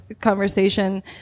conversation